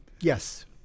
Yes